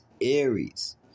Aries